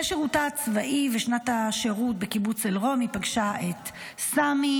אחרי שירותה הצבאי ושנת השירות בקיבוץ אל-רום היא פגשה את סמי.